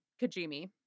kajimi